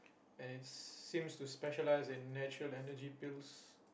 and it seems to specialise in natural Energy Pills